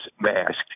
masked